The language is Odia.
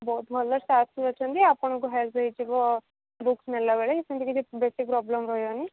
ବହୁତ ଭଲ ଷ୍ଟାଫ୍ ବି ଅଛନ୍ତି ଆପଣଙ୍କୁ ହେଲ୍ପ ହେଇଯିବ ବୁକସ୍ ନେଲାବେଳେ ସେମିତି କିଛି ବେଶୀ ପ୍ରୋବ୍ଲେମ୍ ରହିବନି